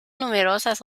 numerosas